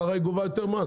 ככה היא גובה יותר מס